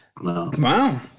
Wow